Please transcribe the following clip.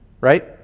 right